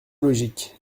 logique